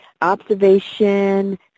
Observation